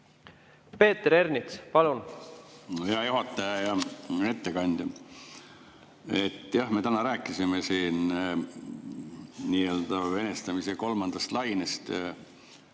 Peeter Ernits, palun! Hea juhataja! Hea ettekandja! Jah, me täna rääkisime siin nii-öelda venestamise kolmandast lainest.